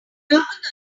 dioxide